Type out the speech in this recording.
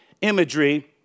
imagery